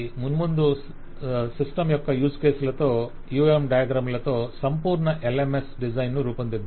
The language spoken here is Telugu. మున్ముందు సిస్టమ్ యొక్క యూస్ కేసులతో UML డయాగ్రమ్ లతో సంపూర్ణ LMS డిజైన్ ను రూపొందిద్దాం